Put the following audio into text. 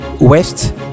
West